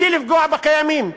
בלי לפגוע בקיימים.